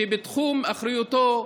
שבתחום אחריותו,